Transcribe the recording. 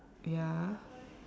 ya